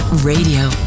Radio